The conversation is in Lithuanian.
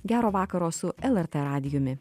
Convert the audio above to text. gero vakaro su lrt radijumi